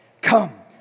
Come